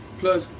plus